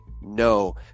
no